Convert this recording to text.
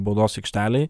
baudos aikštelėj